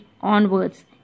onwards